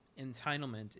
entitlement